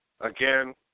again